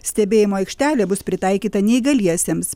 stebėjimo aikštelė bus pritaikyta neįgaliesiems